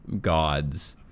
gods